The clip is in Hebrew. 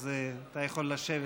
אז אתה יכול לשבת,